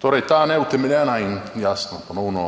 Torej ta neutemeljena in jasno ponovno